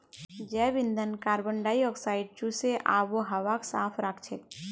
जैव ईंधन कार्बन डाई ऑक्साइडक चूसे आबोहवाक साफ राखछेक